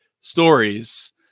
stories